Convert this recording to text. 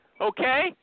okay